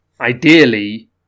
ideally